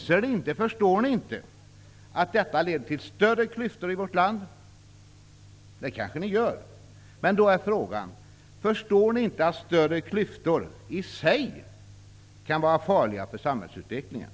Inser ni inte, förstår ni inte, att detta leder till större klyftor i vårt land? Det kanske ni gör, men då är frågan: Förstår ni inte att större klyftor i sig kan vara farliga för samhällsutvecklingen?